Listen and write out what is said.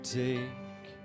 take